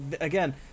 again